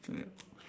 yet